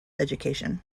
education